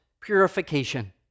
purification